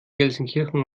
gelsenkirchen